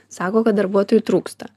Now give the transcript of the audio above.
sako kad darbuotojų trūksta